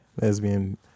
Lesbian